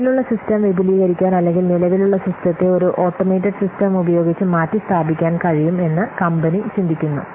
നിലവിലുള്ള സിസ്റ്റം വിപുലീകരിക്കാൻ അല്ലെങ്കിൽ നിലവിലുള്ള സിസ്റ്റത്തെ ഒരു ഓട്ടോമേറ്റഡ് സിസ്റ്റം ഉപയോഗിച്ച് മാറ്റിസ്ഥാപിക്കാൻ കഴിയും എന്ന് കമ്പനി ചിന്തിക്കുന്നു